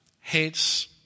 hates